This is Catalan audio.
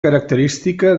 característica